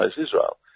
Israel